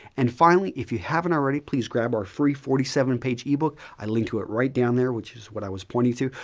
and finally, if you haven't already, please grab our free forty seven page e-book. i link to it right down there, which is what i was pointing to,